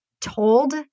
told